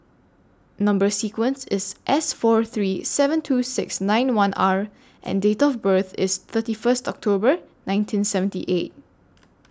Number sequence IS S four three seven two six nine one R and Date of birth IS thirty First October nineteen seventy eight